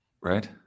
right